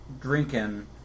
drinking